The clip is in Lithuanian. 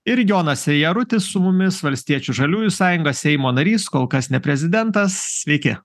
ir jonas jarutis su mumis valstiečių žaliųjų sąjunga seimo narys kol kas ne prezidentas sveiki